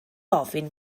ofyn